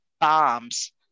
bombs